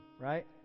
right